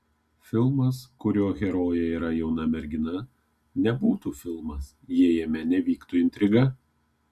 filmas kurio herojė yra jauna mergina nebūtų filmas jei jame nevyktų intriga